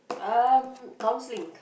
um counselling